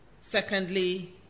secondly